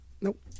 Nope